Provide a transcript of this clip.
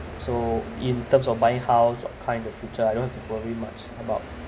so in terms of buying house what kind of future I don't have to worry much about